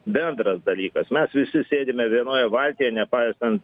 bendras dalykas mes visi sėdime vienoje valtyje nepaisant